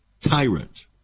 tyrant